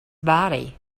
body